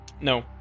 No